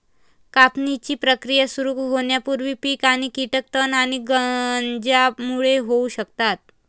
कापणीची प्रक्रिया सुरू होण्यापूर्वी पीक आणि कीटक तण आणि गंजांमुळे होऊ शकतात